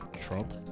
Trump